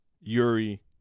Yuri